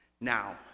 Now